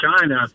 China